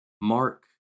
Mark